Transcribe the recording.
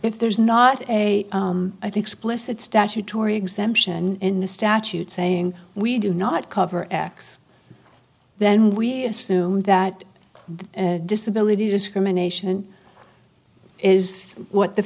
if there's not a i think split that statutory exemption in the statute saying we do not cover x then we assume that the disability discrimination is what th